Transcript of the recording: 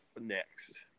next